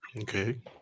Okay